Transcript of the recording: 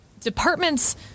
departments